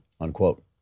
unquote